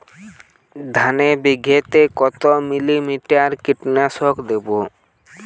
ধানে বিঘাতে কত মিলি লিটার কীটনাশক দেবো?